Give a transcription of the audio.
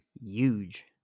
Huge